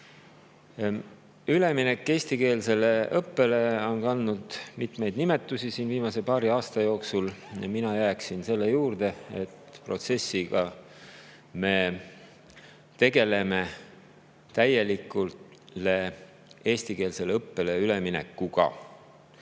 Üleminek eestikeelsele õppele on kandnud mitmeid nimetusi siin viimase paari aasta jooksul. Mina jääksin selle juurde, et selle protsessi puhul me tegeleme täielikult eestikeelsele õppele üleminekuga.